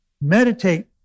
Meditate